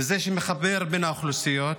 זה שמחבר בין האוכלוסיות,